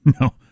No